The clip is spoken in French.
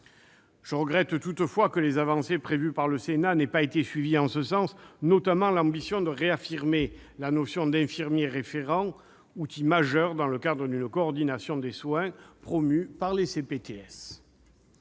Je regrette toutefois que les avancées prévues par le Sénat n'aient pas été suivies en ce sens, notamment l'ambition de réaffirmer la notion d'infirmier référent, outil majeur dans le cadre d'une coordination des soins promue par les CPTS.